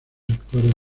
actores